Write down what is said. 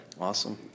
Awesome